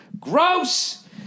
gross